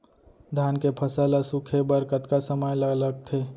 धान के फसल ल सूखे बर कतका समय ल लगथे?